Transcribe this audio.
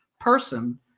person